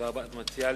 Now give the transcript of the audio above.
מה את מציעה?